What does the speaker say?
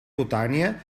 cutània